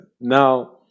Now